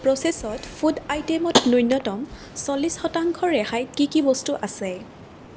প্ৰচে'ছত food আইটেমত ন্যূনতম চলিছ শতাংশ ৰেহাইত কি কি বস্তু আছে